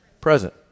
Present